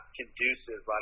conducive